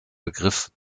begriff